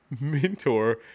mentor